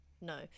no